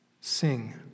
Sing